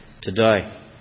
today